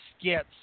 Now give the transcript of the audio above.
skits